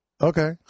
Okay